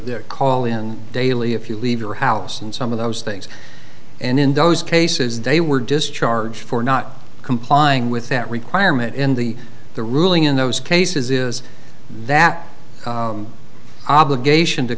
their call in daily if you leave your house and some of those things and in those cases they were discharged for not complying with that requirement in the the ruling in those cases is that obligation to